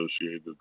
associated